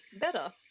better